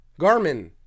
Garmin